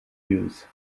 news